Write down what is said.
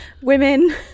Women